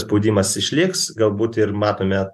spaudimas išliks galbūt ir matome